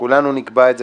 כולנו נקבע את זה,